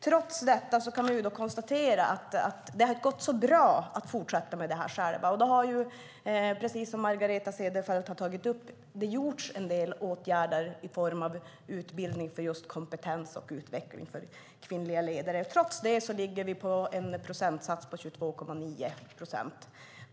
Trots det kan vi konstatera att det inte har gått så bra för dem att fortsätta med detta själva. Precis som Margareta Cederfelt har tagit upp har det vidtagits en del åtgärder i form av utbildning för att ge kvinnliga ledare kompetens och utveckling. Trots det ligger vi på en procentsats på 22,9.